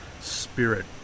spirit